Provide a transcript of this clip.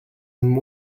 and